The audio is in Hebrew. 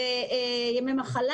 האם זה ימי מחלה,